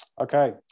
Okay